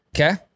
Okay